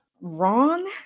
wrong